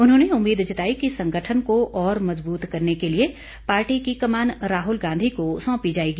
उन्होंने उम्मीद जताई कि संगठन को और मजबूत करने के लिए पार्टी के कमान राहल गांधी को सौंपी जाएगी